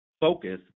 focus